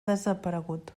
desaparegut